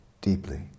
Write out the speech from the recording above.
deeply